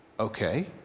Okay